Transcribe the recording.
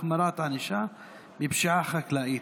החמרת ענישה בפשיעה חקלאית),